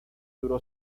duró